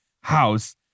house